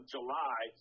July